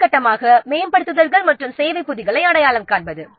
அடுத்த கட்டமாக மேம்படுத்தல்கள் மற்றும் சேவை பொதிகளை அடையாளம் காண்பது